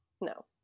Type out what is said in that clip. no